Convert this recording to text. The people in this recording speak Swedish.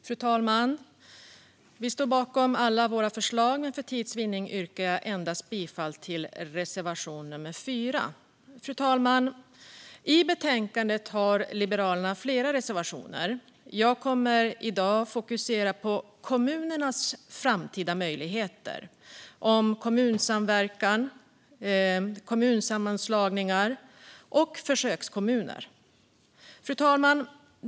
Fru talman! Vi står bakom alla våra förslag, men för tids vinning yrkar jag bifall endast till reservation 4. I betänkandet har Liberalerna flera reservationer. Jag kommer i dag att fokusera på kommunernas framtida möjligheter, om kommunsamverkan, kommunsammanslagningar och försökskommuner. Fru talman!